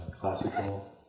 classical